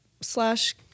slash